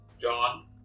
John